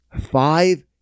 five